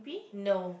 no